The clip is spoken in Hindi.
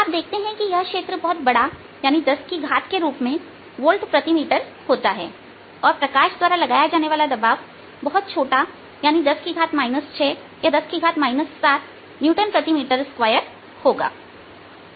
आप देखते हैं कि यह क्षेत्र बहुत बड़ा 10 की घात के रूप में वोल्ट प्रति मीटर होता है और प्रकाश द्वारा लगाया जाने वाला दबाव बहुत बहुत छोटा 10 6 या 10 7 न्यूटन प्रति मीटर2 होगा